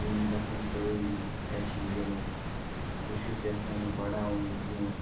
یِم گژھن سٲری یہِ ہیٚچھِنۍ گِنٛدُن بہٕ چھُس یَژھان یہِ بَڑاوُن یہِ گیم